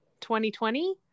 2020